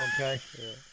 okay